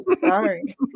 Sorry